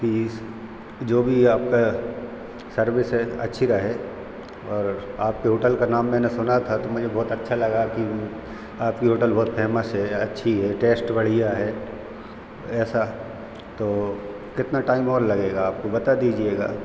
कि इस जो भी आपका सर्विस है अच्छी रहे और आपके होटल का नाम मैंने सुना था तो मुझे बहुत अच्छा लगा कि आपकी होटल बहुत फेमस है अच्छी है टेस्ट बढ़िया है ऐसा तो कितना टाइम और लगेगा आपको बता दीजिएगा